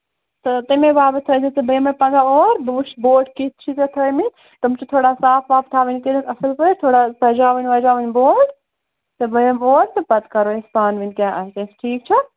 تہٕ تَمے باپَتھ تھٲوِزیٚو تُہۍ بہٕ یِمَے پَگاہ اور بہٕ وُچھٕ بوٹ کِتھۍ چھِتھ ژےٚ تھٲوۍمٕتۍ تِم چھِ تھوڑا صاف واف تھاوٕنۍ کٔرِتھ اَصٕل پٲٹھۍ تھوڑا سجاوٕنۍ وَجاوٕنۍ بوٹ تہٕ وۅنۍ یِمہٕ بہٕ اور تہٕ پَتہٕ کرو أسۍ پانہٕ وٲنۍ کیٛاہ آسہِ اَسہِ ٹھیٖک چھا